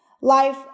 life